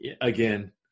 again